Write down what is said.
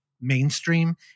mainstream